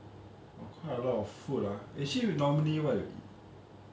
oh quite a lot of food ah actually you normally what you eat